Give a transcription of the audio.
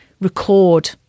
record